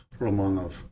Romanov